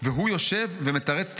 הוא יושב ומתרץ תירוצים?